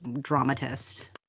dramatist